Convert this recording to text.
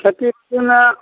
खेती कोना